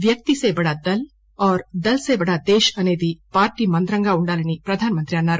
వ్యక్తి సే బడా దల్ ఔర్ దల్ సే బడా దేశ్ అసేది పార్టీ మంత్రంగా ఉందని ప్రధానమంత్రి అన్నారు